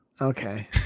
Okay